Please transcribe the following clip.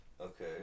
Okay